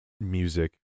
music